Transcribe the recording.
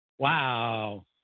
Wow